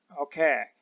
Okay